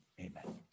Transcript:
Amen